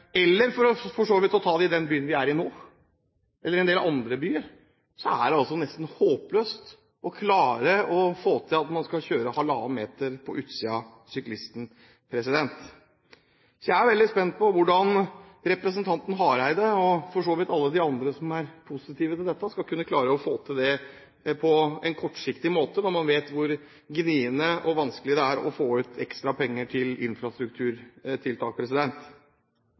Eller for så vidt for å ta det i den byen vi er i nå, eller i en del andre byer, er det nesten håpløst å klare å få til at man skal kjøre 1,5 meter på utsiden av syklisten. Så jeg er veldig spent på hvordan representanten Hareide, og for så vidt alle de andre som er positive til dette, skal kunne klare å få til det på en kortsiktig måte når man vet hvor gnitne de er, og hvor vanskelig det er å få ut ekstra penger til infrastrukturtiltak.